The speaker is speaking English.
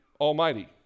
almighty